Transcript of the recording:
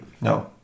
No